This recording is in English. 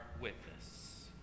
witness